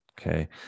Okay